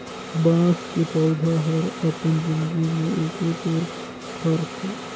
बाँस के पउधा हर अपन जिनगी में एके तोर फरथे